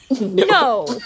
No